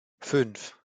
fünf